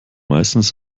meistens